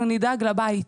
אנחנו נדאג לבית.